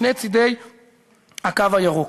משני צדי הקו הירוק.